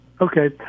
Okay